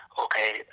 okay